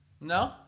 No